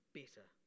better